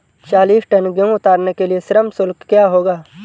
चालीस टन गेहूँ उतारने के लिए श्रम शुल्क क्या होगा?